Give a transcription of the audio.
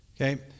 Okay